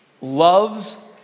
loves